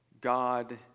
God